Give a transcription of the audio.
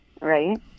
Right